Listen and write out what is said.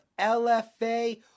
LFA